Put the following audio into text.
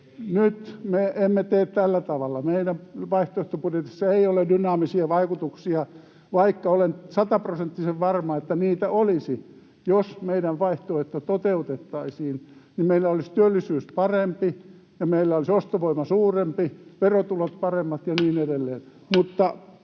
Nyt me emme tee tällä tavalla. Meidän vaihtoehtobudjetissa ei ole dynaamisia vaikutuksia, vaikka olen sataprosenttisen varma, että niitä olisi, jos meidän vaihtoehto toteutettaisiin. Silloin meillä olisi työllisyys parempi ja meillä olisi ostovoima suurempi, verotulot paremmat ja niin edelleen.